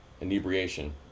inebriation